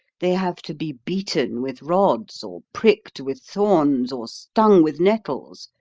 they have to be beaten with rods, or pricked with thorns, or stung with nettles,